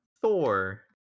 Thor